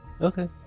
Okay